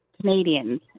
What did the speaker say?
Canadians